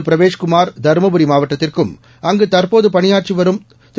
பிரவேஷ் குமார் தருமபுரி மாவட்டத்திற்கும் அங்கு தற்போது பணியாற்றிய வரும் திரு